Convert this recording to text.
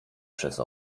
przez